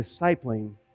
discipling